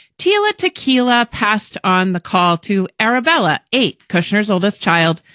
tila tequila passed on the call to arabella, eight, kushner's oldest child,